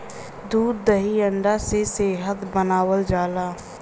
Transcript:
दूध दही अंडा से सेहत बनावल जाला